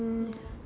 ya